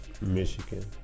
Michigan